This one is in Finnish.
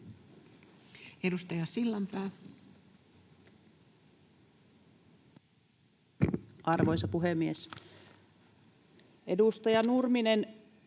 Edustaja Sillanpää. Arvoisa puhemies! Edustaja Nurminen,